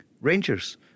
Rangers